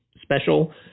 special